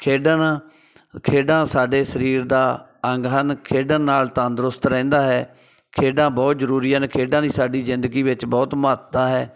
ਖੇਡਣ ਖੇਡਾਂ ਸਾਡੇ ਸਰੀਰ ਦਾ ਅੰਗ ਹਨ ਖੇਡਣ ਨਾਲ ਤੰਦਰੁਸਤ ਰਹਿੰਦਾ ਹੈ ਖੇਡਾਂ ਬਹੁਤ ਜ਼ਰੂਰੀ ਹਨ ਖੇਡਾਂ ਦੀ ਸਾਡੀ ਜ਼ਿੰਦਗੀ ਵਿੱਚ ਬਹੁਤ ਮਹੱਤਤਾ ਹੈ